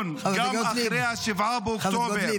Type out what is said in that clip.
מתכוון אחרי שרצחנו לנו 1,200 נרצחים ואנסו